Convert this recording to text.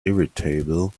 irritable